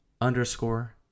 underscore